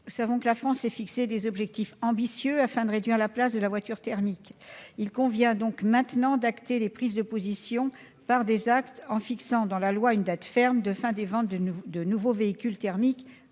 Nous savons que la France s'est fixé des objectifs ambitieux, afin de réduire la place de la voiture thermique. Il convient maintenant de passer des prises de position aux actes en fixant dans la loi une date ferme de fin des ventes de nouveaux véhicules thermiques,